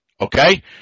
okay